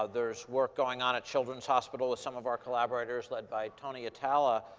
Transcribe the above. ah there's work going on at children's hospital with some of our collaborators, led by tony atala,